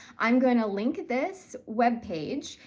i'm going to link this webpage,